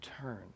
turn